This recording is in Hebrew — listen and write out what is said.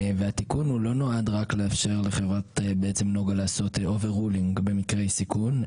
התיקון לא נועד רק כדי לאפשר לחברת נגה לעשות Overruling במקרי סיכון,